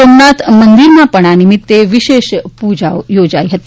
સોમનાથ મંદિરમાં આ નિમિત્તે વિશેષ પૂજા યોજાઇ હતી